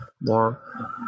more